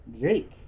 Jake